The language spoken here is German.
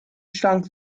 stank